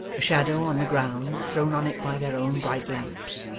a shadow on the ground, thrown on it by their own bright lamps.